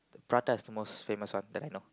pratas the most famous one that I know